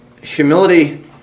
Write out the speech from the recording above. humility